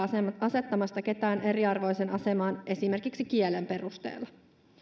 asettamasta ketään eriarvoiseen asemaan esimerkiksi kielen perusteella